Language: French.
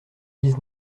dix